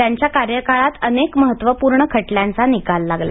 त्यांच्या कार्यकाळात अनेक महत्तपूर्ण खटल्यांचा निकाल लागला